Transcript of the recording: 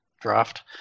draft